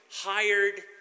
hired